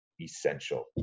essential